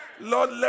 Lord